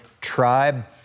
Tribe